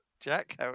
Jack